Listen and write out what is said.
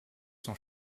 son